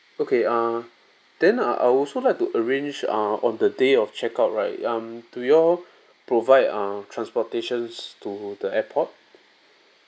okay uh then uh I also like to arrange uh on the day of check out right um do you all provide uh transportation to the airport